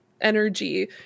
energy